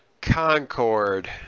Concord